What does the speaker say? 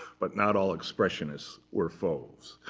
but not all expressionists were fauves.